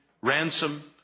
ransom